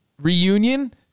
reunion